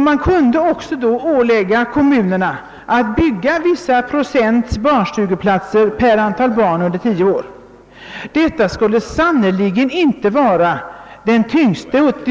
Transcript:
Man kan då också ålägga kommunerna att bygga vissa procent barnstugeplatser per antal barn under tio år. Detta skulle sannerligen inte vara det